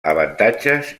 avantatges